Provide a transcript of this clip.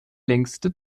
längste